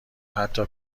حتی